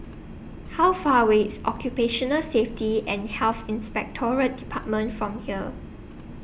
How Far away IS Occupational Safety and Health Inspectorate department from here